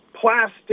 plastic